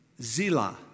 Zila